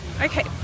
okay